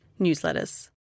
newsletters